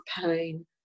pain